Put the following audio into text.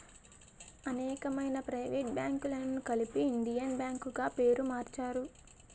అనేకమైన ప్రైవేట్ బ్యాంకులను కలిపి ఇండియన్ బ్యాంక్ గా పేరు మార్చారు